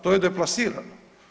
To je deplasirano.